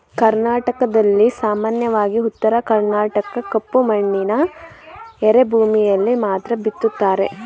ಕರ್ನಾಟಕದಲ್ಲಿ ಸಾಮಾನ್ಯವಾಗಿ ಉತ್ತರ ಕರ್ಣಾಟಕದ ಕಪ್ಪು ಮಣ್ಣಿನ ಎರೆಭೂಮಿಯಲ್ಲಿ ಮಾತ್ರ ಬಿತ್ತುತ್ತಾರೆ